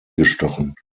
gestochen